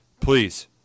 Please